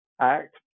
act